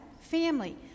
family